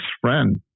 friend